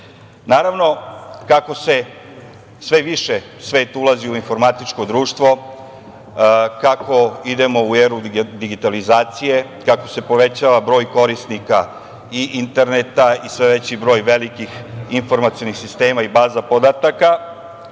štetu. Naravno, kako sve više svet ulazi u informatičko društvo, kako idemo u eru digitalizacije, kako se povećava broj korisnika i interneta i sve veći broj velikih informacionih sistema i baza podataka,